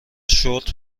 شرت